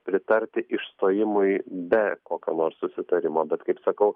pritarti išstojimui be kokio nors susitarimo bet kaip sakau